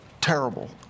terrible